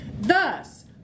Thus